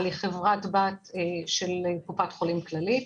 אבל היא חברת בת של קופת חולים כללית.